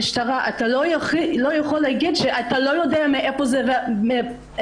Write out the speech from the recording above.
המשטרה אתה לא יכול להגיד שאתה לא יודע מאיפה זה בא ולמה.